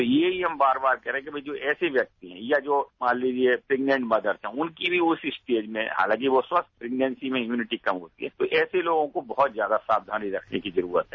तो यही हम बार बार कह रहे हैं जो ऐसे व्यक्ति हैं या जो मान लीजिए प्रेग्नेंट मदर हैं उनकी भी उस स्टेज में हालांकि वो स्वस्थ प्रन्नेती में इम्यूनिटी कम होती है तो ऐसे तोगों को बहुत ज्यादा साक्षानी रखने की जरूरत है